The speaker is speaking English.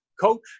coach